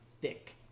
thick